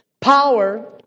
power